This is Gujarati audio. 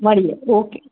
મળીએ ઓકે